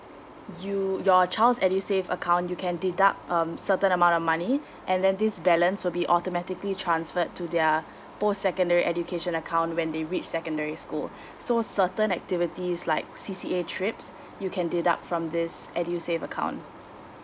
you your child's edusave account you can deduct um certain amount of money and then this balance will be automatically transferred to their post secondary education account when they reach secondary school so certain activities like C_C_A trips you can deduct from this edusave account